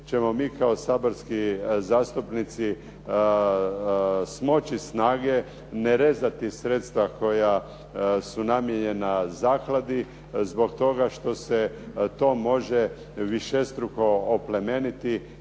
ćemo mi kao saborski zastupnici smoći snage ne rezati sredstva koja su namijenjena zakladi zbog toga što se to može višestruko oplemeniti